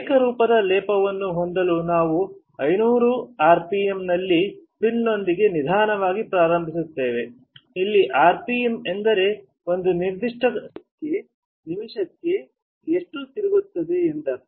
ಏಕರೂಪದ ಲೇಪನವನ್ನು ಹೊಂದಲು ನಾವು 500 ರ ಆರ್ಪಿಎಂನಲ್ಲಿ ಸ್ಪಿನ್ನೊಂದಿಗೆ ನಿಧಾನವಾಗಿ ಪ್ರಾರಂಭಿಸುತ್ತೇವೆ ಇಲ್ಲಿ ಆರ್ಪಿಎಂ ಎಂದರೆ ಒಂದು ನಿಮಷಕ್ಕೆ ಎಷ್ಟು ತಿರುಗುತ್ತದೆ ಎಂದರ್ಥ